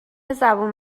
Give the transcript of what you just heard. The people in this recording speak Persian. زبون